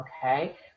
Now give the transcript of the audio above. Okay